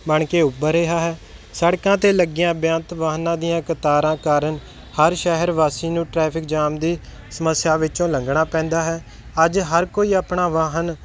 ਬਣ ਕੇ ਉੱਭਰ ਰਿਹਾ ਹੈ ਸੜਕਾਂ 'ਤੇ ਲੱਗੀਆਂ ਬੇਅੰਤ ਵਾਹਨਾਂ ਦੀਆਂ ਕਤਾਰਾਂ ਕਾਰਨ ਹਰ ਸ਼ਹਿਰ ਵਾਸੀ ਨੂੰ ਟਰੈਫਿਕ ਜਾਮ ਦੀ ਸਮੱਸਿਆ ਵਿੱਚੋਂ ਲੰਘਣਾ ਪੈਂਦਾ ਹੈ ਅੱਜ ਹਰ ਕੋਈ ਆਪਣਾ ਵਾਹਨ